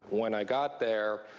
when i got there,